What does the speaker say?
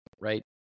right